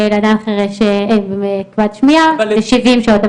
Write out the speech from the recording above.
ולאדם חירש וכבד שמיעה לשבעים שעות.